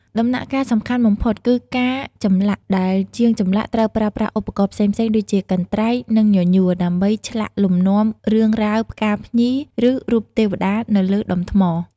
ដំណាក់កាលសំខាន់បំផុតគឺការចម្លាក់ ដែលជាងចម្លាក់ត្រូវប្រើប្រាស់ឧបករណ៍ផ្សេងៗដូចជា កន្ត្រៃ និងញញួរ ដើម្បីឆ្លាក់លំនាំរឿងរ៉ាវ ផ្កា ភ្ញី ឬរូបទេវតាទៅលើដុំថ្ម។